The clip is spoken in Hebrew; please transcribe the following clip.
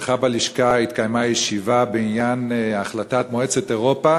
אצלך בלשכה התקיימה הישיבה בעניין החלטת מועצת אירופה